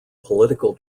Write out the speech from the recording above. political